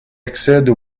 accède